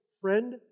friend